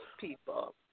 people